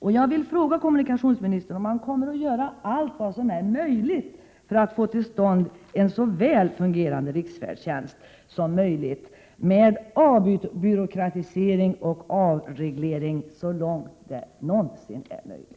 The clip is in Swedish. Jag vill därför fråga kommunikationsministern om han kommer att göra allt han kan för att få till stånd en så väl fungerande riksfärdtjänst som tänkas kan med avbyråkratisering och avreglering så långt det någonsin är möjligt.